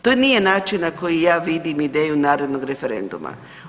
To nije način na koji ja vidim ideju narodnog referenduma.